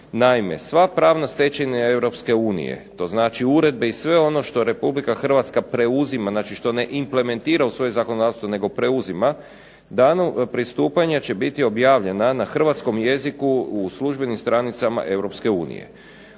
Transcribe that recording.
Naime, sva pravna stečevina EU to znači uredbe i sve ono što RH preuzima znači što ne implementira u svoje zakonodavstvo nego preuzima, danom pristupanja bit će objavljena na hrvatskom jeziku u službenim stranicama EU. Ono